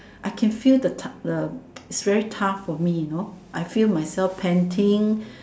I can feel the tug it's very tough for me you know I feel myself panting